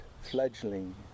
fledgling